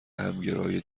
همگرای